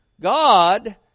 God